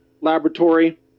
laboratory